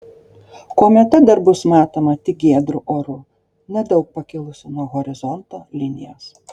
kometa dar bus matoma tik giedru oru nedaug pakilusi nuo horizonto linijos